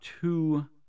two